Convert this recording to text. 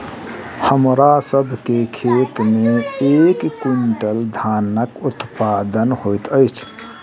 हमरा सभ के खेत में एक क्वीन्टल धानक उत्पादन होइत अछि